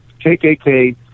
KKK